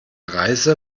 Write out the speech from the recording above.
reise